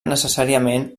necessàriament